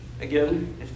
Again